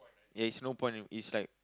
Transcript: ya is no point and is like